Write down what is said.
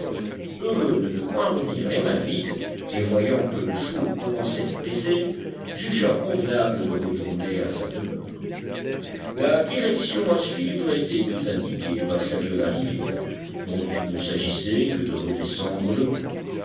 heureux de ne point revenir les mains vides et voyant que le jour commençait à baisser jugea convenable de retourner à sa demeure la direction à suivre était tout indiquée par celle de la rivière dont il ne s'agissait que de redescendre le cours